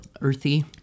earthy